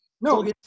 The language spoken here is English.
no